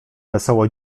wesoło